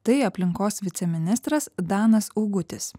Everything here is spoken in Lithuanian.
tai aplinkos viceministras danas augutis